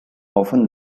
often